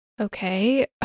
Okay